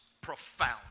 profound